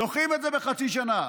דוחים את זה בחצי שנה.